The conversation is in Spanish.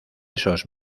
esos